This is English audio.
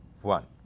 One